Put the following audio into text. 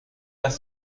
las